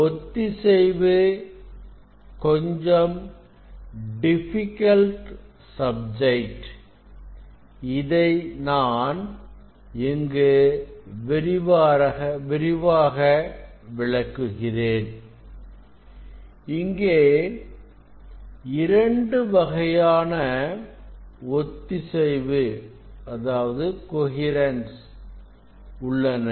ஒத்திசைவு என்பது கொஞ்சம் டிபிகல்ட் சப்ஜெக்ட் அதை நான் இங்கு விரிவாக விளக்குகிறேன் இங்கே இரண்டு வகையான ஒத்திசைவு உள்ளன